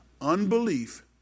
Unbelief